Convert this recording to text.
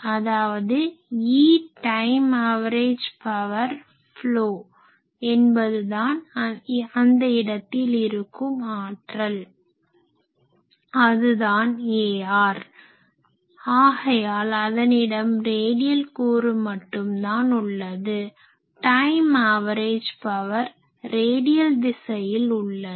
அதாவது E time average power flow என்பதுதான் அந்த இடத்தில் இருக்கும் ஆற்றல் அது தான் ar ஆகையால் அதனிடம் ரேடியல் கூறு மட்டும் தான் உள்ளது டைம் ஆவரேஜ் பவர் ரேடியல் திசையில் உள்ளது